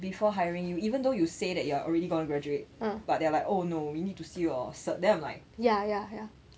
before hiring you even though you say that you're already gonna graduate they're like oh no we need to see your cert then I'm like